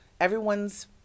everyone's